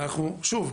ושוב,